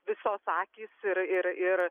visos akys ir ir ir